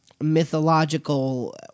mythological